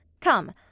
Come